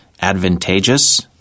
advantageous